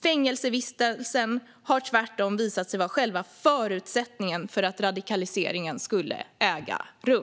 Fängelsevistelsen har tvärtom visat sig vara själva förutsättningen för att radikaliseringen skulle äga rum.